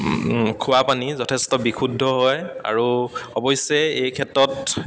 খোৱা পানী যথেষ্ট বিশুদ্ধ হয় আৰু অৱশ্যে এই ক্ষেত্ৰত